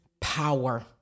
power